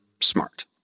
smart